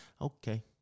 okay